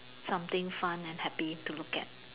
something fun and happy to look at